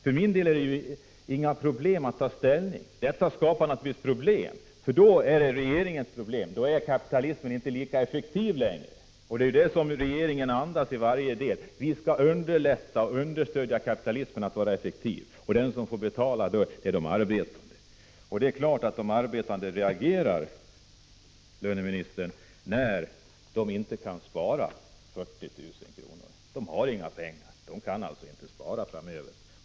För min del är det inget problem att ta ställning. Regeringens problem är att det har visat sig att kapitalismen inte är lika effektiv längre. Det är därför allt vad regeringen gör andas inställningen: Vi skall underlätta för kapitalisterna att vara effektiva. Och de som får betala är de arbetande. Det är klart att de arbetande reagerar när de inte kan spara 40 000 kr. De har inga pengar.